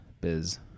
biz